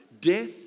Death